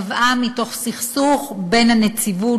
נבעה מסכסוך בין הנציבות,